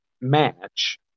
match